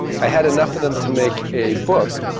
i had enough of them to make a book,